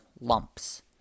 lumps